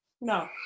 No